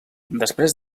després